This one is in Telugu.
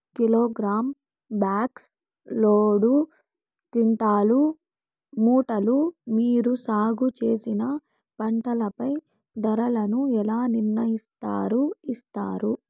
కిలోగ్రామ్, బాక్స్, లోడు, క్వింటాలు, మూటలు మీరు సాగు చేసిన పంటపై ధరలను ఎలా నిర్ణయిస్తారు యిస్తారు?